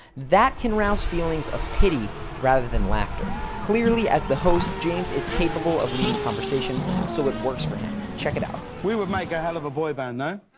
that can rouse feelings of pity rather than laughter. clearly, as the host, james is capable of leading conversation so it works for him check it out. we would make a hell of a boy band, no?